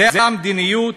זו המדיניות.